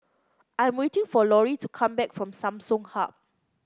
I'm waiting for Laurie to come back from Samsung Hub